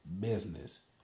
business